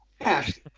Ash